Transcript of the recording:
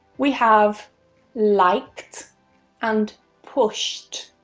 we have liked and pushed.